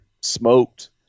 smoked